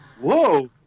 Whoa